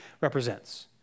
represents